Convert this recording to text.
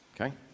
Okay